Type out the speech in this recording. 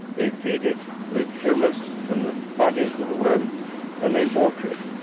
they feed it with humus from the bodies of the worms and they water it,